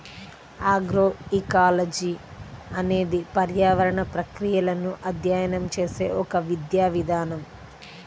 agroecology అనేది పర్యావరణ ప్రక్రియలను అధ్యయనం చేసే ఒక విద్యా విభాగం